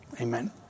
amen